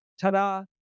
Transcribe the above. ta-da